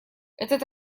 этот